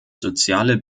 soziale